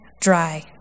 dry